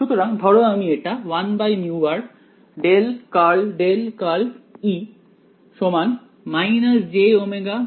সুতরাং ধরো আমি এটা 1μr μ0করলাম